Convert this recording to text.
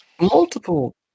multiple